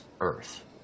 Earth